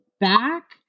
back